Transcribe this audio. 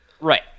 Right